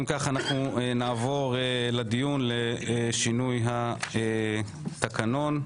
אם כך, נעבור לדיון לשינוי התקנון.